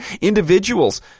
individuals